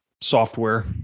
software